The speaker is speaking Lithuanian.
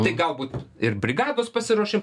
tai galbūt ir brigados pasiruošiam